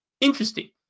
interesting